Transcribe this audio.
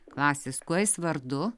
klasės kuo jis vardu